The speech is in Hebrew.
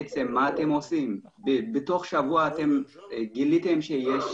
בתוך שבוע הם גילו שיש